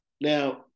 Now